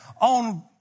on